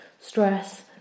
stress